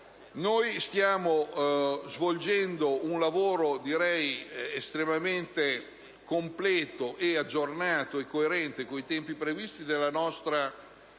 stiamo svolgendo un lavoro estremamente completo, aggiornato e coerente coi tempi previsti dalla nostra